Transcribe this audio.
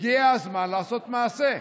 הגיע הזמן לעשות מעשה.